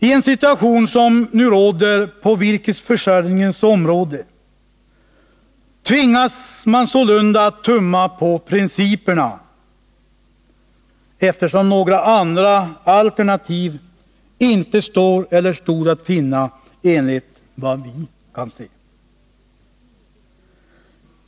I den situation som nu råder på virkesförsörjningens område tvingas man sålunda att tumma på principerna, eftersom några andra alternativ inte står att finna enligt vad vi kan se.